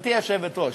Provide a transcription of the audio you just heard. גברתי היושבת-ראש,